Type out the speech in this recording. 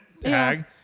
tag